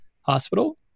hospital